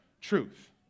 truth